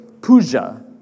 puja